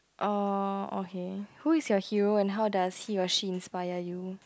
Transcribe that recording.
uh okay who is your hero and how does he or she inspire you